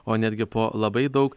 o netgi po labai daug